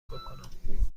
کنم